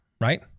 Right